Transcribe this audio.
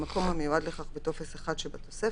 במקום המיועד לכך בטופס 1 שבתוספת,